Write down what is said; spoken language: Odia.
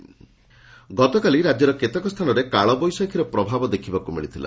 କାଳବୈଶାଖୀ ଗତକାଲି ରାଜ୍ୟର କେତେକ ସ୍ଥାନରେ କାଳବୈଶାଖୀର ପ୍ରଭାବ ଦେଖବାକୁ ମିଳିଛି